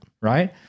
right